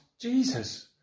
Jesus